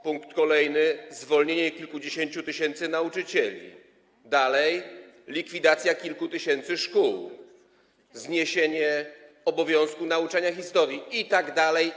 Punkty kolejne: zwolnienie kilkudziesięciu tysięcy nauczycieli, likwidacja kilku tysięcy szkół, zniesienie obowiązku nauczania historii itd.